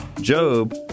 Job